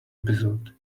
episode